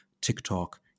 TikTok